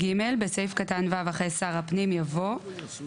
(ג) בסעיף קטן (ו) אחרי "שר הפנים" יבוא "שלא